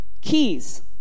keys